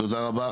תודה רבה.